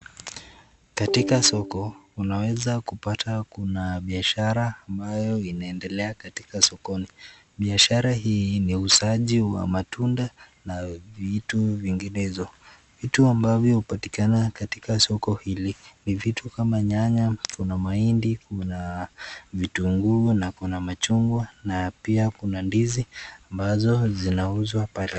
Katika soko, unaweza kupata kuna biashara inayoendelea katika sokoni, biashara hii ni uuzaji wa matunda, na vitu vingine hivo, vitu ambavyo hupatikana katika soko hili, ni vitu kama nyanya, kuna mahindi, kuna vitunguu na kuna machungwa na pia kuna ndizi, ambazo zinauzwa pale.